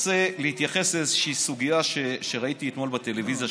רוצה להתייחס לאיזו סוגיה שראיתי אתמול בטלוויזיה,